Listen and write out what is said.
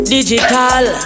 Digital